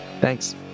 Thanks